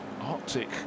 Arctic